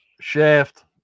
shaft